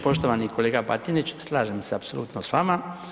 Poštovani kolega Batinić, slažem se apsolutno s vama.